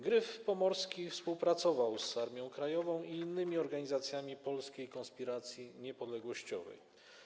Gryf Pomorski” współpracował z Armią Krajową i innymi organizacjami polskiej konspiracji niepodległościowej.